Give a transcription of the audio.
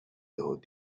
though